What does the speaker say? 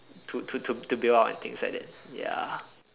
to to to bail out and things like that ya